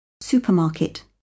Supermarket